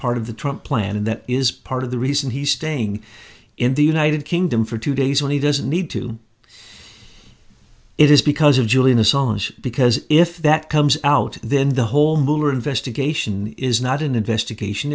part of the trump plan and that is part of the reason he's staying in the united kingdom for two days and he doesn't need to it is because of julius own because if that comes out then the whole investigation is not an investigation